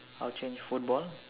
I'll change football